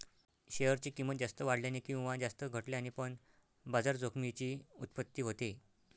share ची किंमत जास्त वाढल्याने किंवा जास्त घटल्याने पण बाजार जोखमीची उत्पत्ती होते